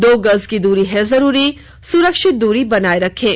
दो गज की दूरी है जरूरी सुरक्षित दूरी बनाए रखें